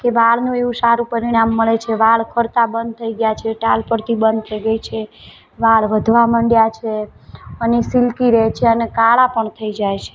કે વાળનું એવું સારું પરિણામ મળે છે વાળ ખરતા બંધ થઈ ગયા છે ટાલ પડતી બંધ થઈ ગઈ છે વાળ વધવા માંડ્યા છે અને સિલ્કી રહે છે અને કાળા પણ થઈ જાય છે